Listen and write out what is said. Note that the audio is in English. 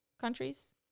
countries